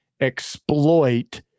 exploit